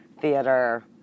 theater